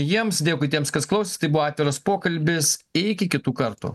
jiems dėkui tiems kas klausės tai buvo atviras pokalbis iki kitų kartų